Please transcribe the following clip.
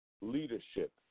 leadership